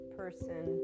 person